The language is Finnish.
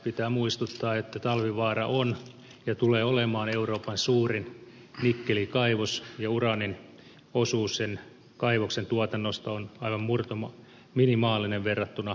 pitää muistuttaa että talvivaara on ja tulee olemaan euroopan suurin nikkelikaivos ja uraanin osuus sen kaivoksen tuotannosta on aivan minimaalinen verrattuna nikkelituotantoon